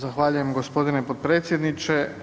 Zahvaljujem g. potpredsjedniče.